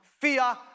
Fear